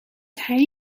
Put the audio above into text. hij